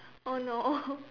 oh no